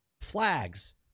Flags